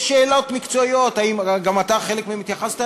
יש שאלות מקצועיות, וגם אתה התייחסת